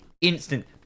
instant